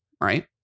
Right